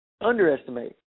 underestimate